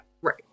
Right